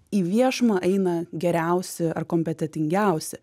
į viešumą eina geriausi ar kompetentingiausi